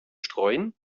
streuen